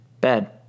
bed